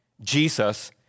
Jesus